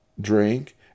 drink